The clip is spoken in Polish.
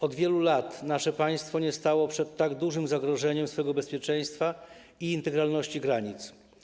Od wielu lat nasze państwo nie stało przed tak dużym zagrożeniem swego bezpieczeństwa i integralności granic.